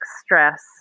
stress